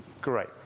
Great